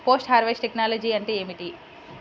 Post harvest technology అంటే ఏమిటి?